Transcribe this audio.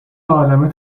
عالمه